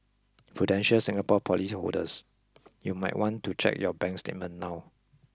prudential Singapore policyholders you might want to check your bank statement now